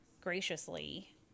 graciously